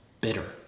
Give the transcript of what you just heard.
bitter